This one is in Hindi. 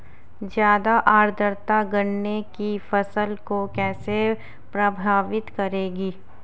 ज़्यादा आर्द्रता गन्ने की फसल को कैसे प्रभावित करेगी?